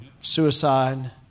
suicide